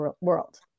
world